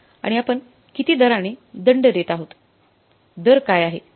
आणि आपण किती दराने दंड देत आहोत दर काय आहे